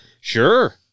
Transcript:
sure